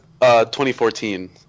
2014